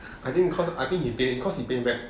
I think cause I think you didn't cause you paying back